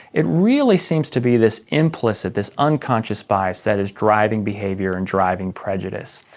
it really seems to be this implicit, this unconscious bias that is driving behaviour and driving prejudice.